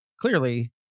clearly